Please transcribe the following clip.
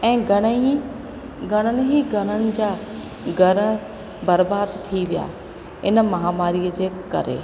ऐं घणेई घणनि ई घरनि जा घर बर्बाद थी विया इन महामारीअ जे करे